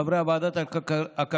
חברי ועדת הכלכלה,